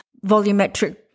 volumetric